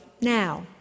now